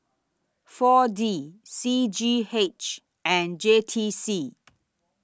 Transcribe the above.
four D C G H and J T C